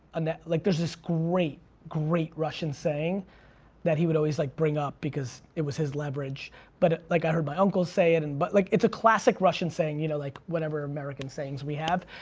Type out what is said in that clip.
and like there's this great, great russian saying that he would always like bring up because it was his leverage but like i heard my uncle say it, and but like it's a classic russian saying, you know like whatever american sayings we have,